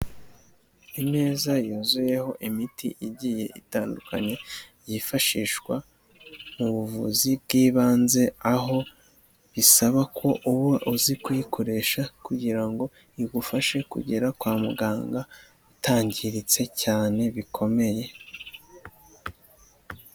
Imeza yuzuyeho imiti igiye itandukanye, yifashishwa mu buvuzi bw'ibanze, aho bisaba ko uba uzi kuyikoresha kugira ngo igufashe kugera kwa muganga, utangiritse cyane bikomeye.